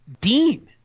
Dean